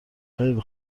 خیلی